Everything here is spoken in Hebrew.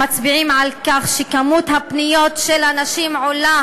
מצביעים על כך שכמות הפניות של הנשים עולה